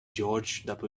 george